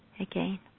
again